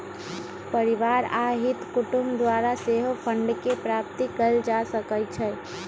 परिवार आ हित कुटूम द्वारा सेहो फंडके प्राप्ति कएल जा सकइ छइ